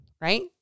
Right